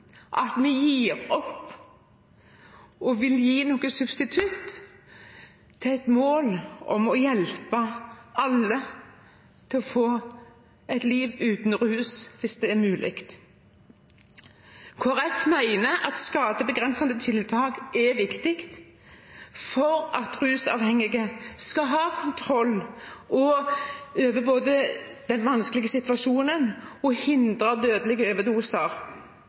at vi gir opp og vil gi et substitutt til målet om å hjelpe alle til å få et liv uten rus, hvis det er mulig. Kristelig Folkeparti mener at skadebegrensende tiltak er viktig både for at rusavhengige skal ha kontroll over den vanskelige situasjonen, og for å hindre dødelige